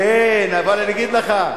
כן, אבל אני אגיד לך,